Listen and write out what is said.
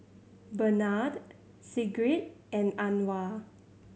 Benard Sigrid and Anwar